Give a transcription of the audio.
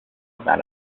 about